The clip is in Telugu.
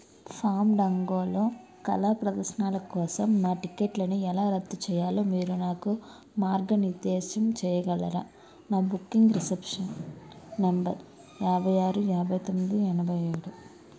ఫాండంగోలో కళా ప్రదర్శనల కోసం నా టికెట్లని ఎలా రద్దు చేయాలో మీరు నాకు మార్గనిర్దేశం చేయగలరా నా బుకింగ్ రిసెప్షన్ నంబర్ యాభై ఆరు యాభై తొమ్మిది ఎనభై ఏడు